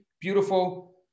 Beautiful